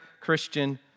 Christian